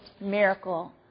miracle